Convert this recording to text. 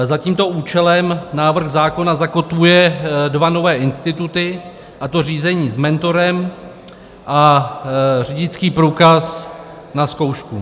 Za tímto účelem návrh zákona zakotvuje dva nové instituty, a to řízení s mentorem a řidičský průkaz na zkoušku.